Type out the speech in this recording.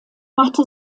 machte